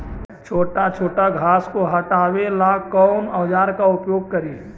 छोटा छोटा घास को हटाबे ला कौन औजार के प्रयोग करि?